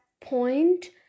point